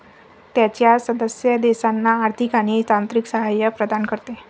त्याच्या सदस्य देशांना आर्थिक आणि तांत्रिक सहाय्य प्रदान करते